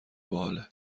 باحاله